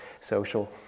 social